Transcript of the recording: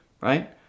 right